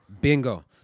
Bingo